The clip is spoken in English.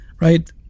right